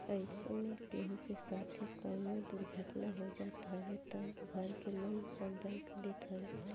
अइसे में केहू के साथे कवनो दुर्घटना हो जात हवे तअ घर के लोन सब बैंक देत हवे